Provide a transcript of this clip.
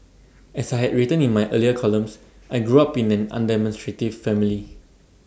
as I had written in my earlier columns I grew up in an undemonstrative family